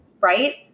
right